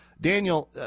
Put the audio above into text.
Daniel